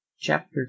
Chapter